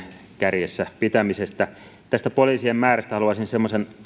kärjessä pitämisestä tästä poliisien määrästä haluaisin semmoisen